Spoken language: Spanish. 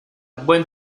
buen